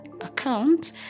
account